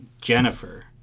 Jennifer